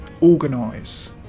Organise